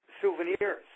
souvenirs